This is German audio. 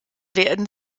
werden